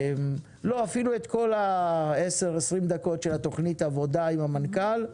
אפילו את כל ה-10-20 דקות של תוכנית העבודה עם המנכ"ל,